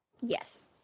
Yes